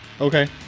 Okay